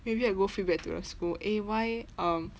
maybe I go feedback to the school eh why um